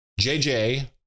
JJ